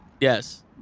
Yes